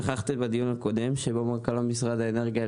נכחתי בדיון הקודם שבו מנכ"ל משרד האנרגיה,